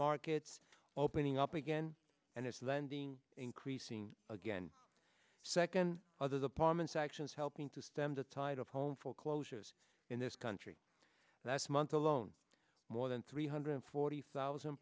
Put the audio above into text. markets opening up again and its lending increasing again second others apartments actions helping to stem the tide of home foreclosures in this country that's month alone more than three hundred forty thousand